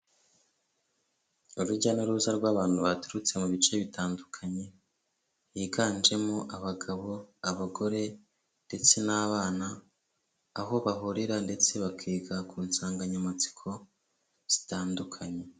Urujya n'uruza rw'abantu baturutse mu bice bitandukanye, higanjemo abagabo, abagore ndetse n'abana, aho bahurira ndetse bakiga ku nsanganyamatsiko zitandukanye.